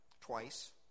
twice